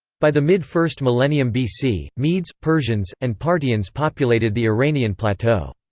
by the mid-first millennium bc, medes, persians, and parthians populated the iranian plateau.